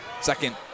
Second